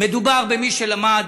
מדובר במי שלמד